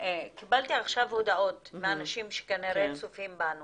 קיבלתי עכשיו הודעות מאנשים שכנראה צופים בנו